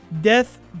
death